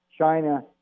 China